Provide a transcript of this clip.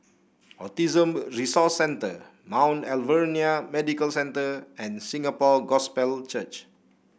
Autism Resource Centre Mount Alvernia Medical Centre and Singapore Gospel Church